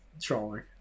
trolling